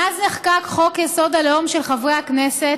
מאז נחקק חוק-יסוד: הלאום, של חברי הכנסת,